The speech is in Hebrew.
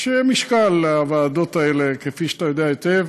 יש משקל לוועדות האלה, כפי שאתה יודע היטב.